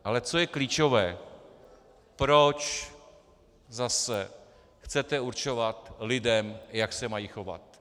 Ale co je klíčové proč zase chcete určovat lidem, jak se mají chovat?